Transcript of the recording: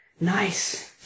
Nice